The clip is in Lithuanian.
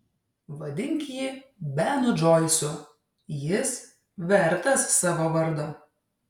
vadink jį benu džoisu jis vertas savo vardo